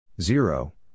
Zero